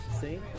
See